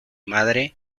madre